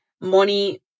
money